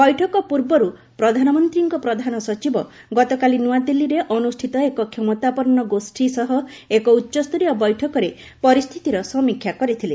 ବୈଠକ ପୂର୍ବରୁ ପ୍ରଧାନମନ୍ତ୍ରୀଙ୍କ ପ୍ରଧାନ ସଚିବ ଗତକାଲି ନୂଆଦିଲ୍ଲୀରେ ଅନୁଷ୍ଠିତ ଏକ କ୍ଷମତାପନ୍ନ ଗୋଷୀ ସହ ଏକ ଉଚ୍ଚସ୍ତରୀୟ ବୈଠକରେ ପରିସ୍ଥିତିର ସମୀକ୍ଷା କରିଥିଲେ